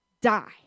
die